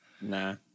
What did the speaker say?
Nah